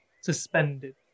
suspended